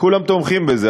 כולם תומכים בזה.